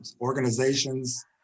organizations